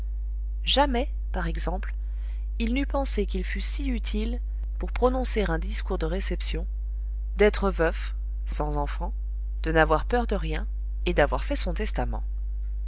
jamais par exemple il n'eût pensé qu'il fût si utile pour prononcer un discours de réception d'être veuf sans enfants de n'avoir peur de rien et d'avoir fait son testament